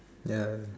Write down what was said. ya